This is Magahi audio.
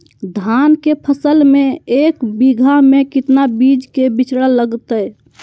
धान के फसल में एक बीघा में कितना बीज के बिचड़ा लगतय?